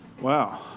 Wow